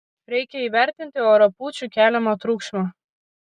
reikia įvertinti orapūčių keliamą triukšmą